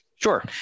Sure